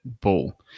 ball